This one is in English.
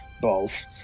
Balls